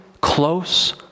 close